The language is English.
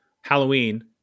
Halloween